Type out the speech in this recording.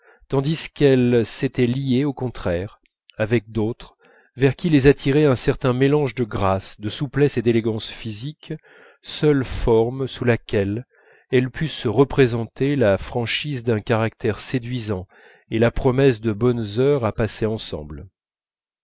tandis qu'elles s'étaient liées au contraire avec d'autres vers qui les attiraient un certain mélange de grâce de souplesse et d'élégance physique seule forme sous laquelle elles pussent se représenter la franchise d'un caractère séduisant et la promesse de bonnes heures à passer ensemble